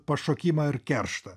pašokimą ir kerštą